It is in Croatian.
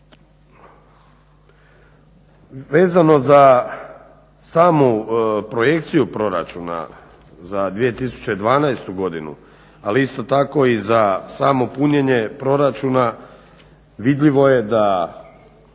Vezano za samu projekciju proračuna za 2012. godinu, ali isto tako i za samo punjenje proračuna vidljivo je da,